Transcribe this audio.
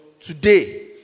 today